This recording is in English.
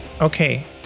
okay